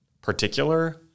particular